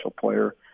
player